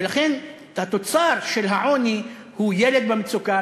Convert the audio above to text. ולכן התוצר של העוני הוא ילד במצוקה,